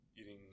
eating